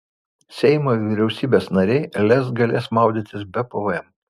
seimo ir vyriausybės nariai lez galės maudytis be pvm